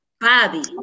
Bobby